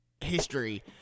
history